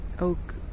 oak